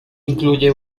incluye